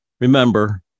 Remember